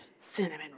cinnamon